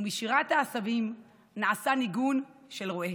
ומשירת העשבים נעשה ניגון של רועה".